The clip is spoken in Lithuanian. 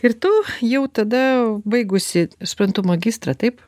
ir tu jau tada baigusi suprantu magistrą taip